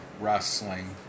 wrestling